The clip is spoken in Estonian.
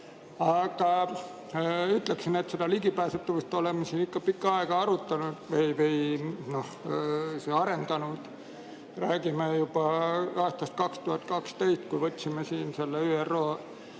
Aga ütleksin, et seda ligipääsetavust oleme siin ikka pikka aega arutanud või arendanud. Räägime juba aastast 2012, kui siin ÜRO puudega